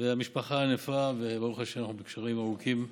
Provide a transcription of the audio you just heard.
המשפחה ענפה וברוך השם אנחנו בקשרים עמוקים.